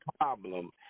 problem